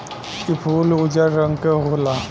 इ फूल उजर रंग के होला